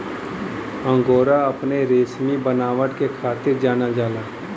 angora अपने रेसमी बनावट के खातिर जानल जाला